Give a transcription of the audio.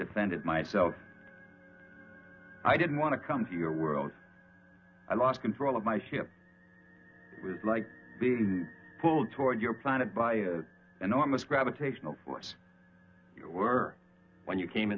defended myself i didn't want to come to your world i lost control of my ship was like being pulled toward your planet by the enormous gravitational force you were when you came